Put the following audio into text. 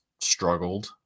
struggled